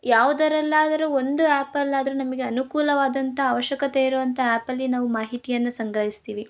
ಯಾವುದರಲ್ಲಾದರೂ ಒಂದು ಆ್ಯಪಲ್ಲಾದರೂ ನಮಗೆ ಅನುಕೂಲವಾದಂಥ ಅವಶ್ಯಕತೆಯಿರುವಂಥ ಆ್ಯಪಲ್ಲಿ ನಾವು ಮಾಹಿತಿಯನ್ನು ಸಂಗ್ರಹಿಸ್ತೀವಿ